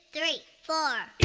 three, four